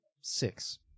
six